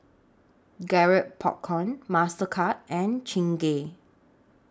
Garrett Popcorn Mastercard and Chingay